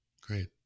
great